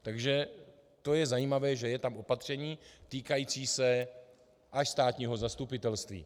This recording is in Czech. Takže to je zajímavé, že je tam opatření týkající se až státního zastupitelství.